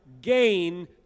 gain